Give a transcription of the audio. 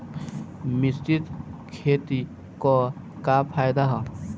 मिश्रित खेती क का फायदा ह?